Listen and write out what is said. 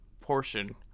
portion